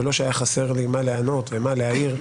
ולא שהיה חסר לי מה לענות ומה להעיר,